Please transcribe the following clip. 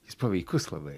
jis paveikus labai